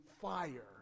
fire